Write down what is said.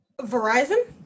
Verizon